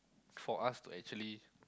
for us to actually